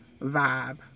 vibe